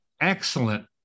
excellent